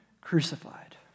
crucified